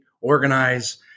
organize